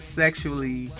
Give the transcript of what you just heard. sexually